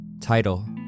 Title